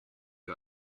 you